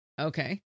Okay